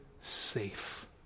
safe